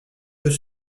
peut